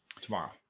tomorrow